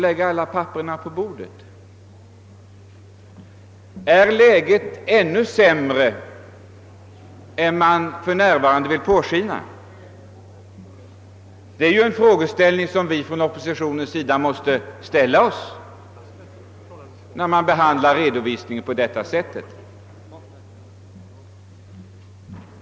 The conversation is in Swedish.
Är läget ännu sämre än man för närvarande vill låta påskina? Från oppositionens sida måste vi ställa oss den frågan när man behandlar redovisningen på detta sätt.